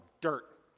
dirt